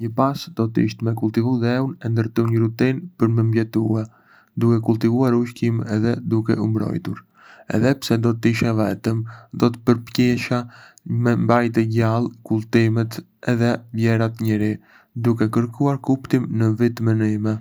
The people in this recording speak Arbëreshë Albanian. Një pas do të ishte me kultivu dheu e ndërtu një rutinë për me mbijetue, duke kultivuar ushqim edhe duke u mbrojtur. Edhe pse do të isha vetëm, do të përpiqesha me mbajtë gjallë kujtimet edhe vlerat njëríe, duke kërkuar kuptim në vetminë time.